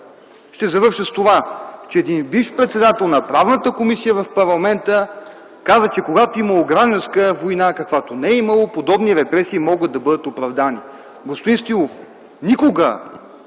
ще завърша с това, че един бивш председател на Правната комисия в парламента каза, че когато имало гражданска война, каквато не е имало, подобни репресии могат да бъдат оправдани. Господин Стоилов, никога